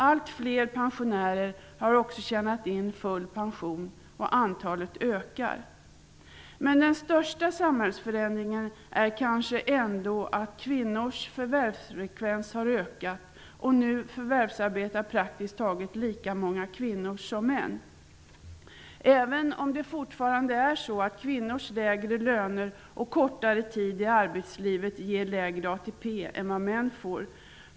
Allt fler pensionärer har dessutom tjänat in full pension, och det antalet ökar. Den största samhällsförändringen är kanske ändå att kvinnors förvärvsfrekvens har ökat. Nu förvärvsarbetar praktiskt taget lika många kvinnor som män. Men fortfarande ger kvinnors lägre löner och kortare tid i arbetslivet en lägre ATP än vad män får.